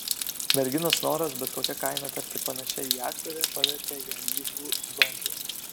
merginos noras bet kokia kaina tapti panašia į aktorę pavertė ją gyvu zombiu